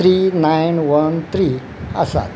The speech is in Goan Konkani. त्री नायन वन त्री आसात